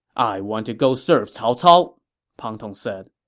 i want to go serve cao cao, pang tong said